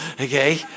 okay